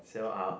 so I'll